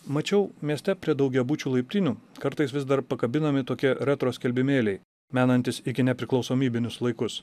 mačiau mieste prie daugiabučių laiptinių kartais vis dar pakabinami tokie retro skelbimėliai menantys iki nepriklausomybinius laikus